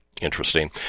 Interesting